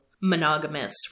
monogamous